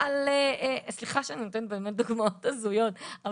סליחה שאני נותנת באמת דוגמאות הזויות.